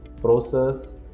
process